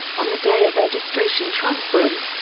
on the day of registration transference,